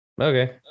okay